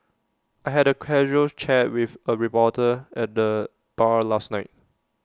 I had A casual chat with A reporter at the bar last night